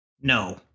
No